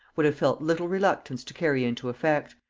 would have felt little reluctance to carry into effect,